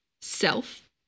self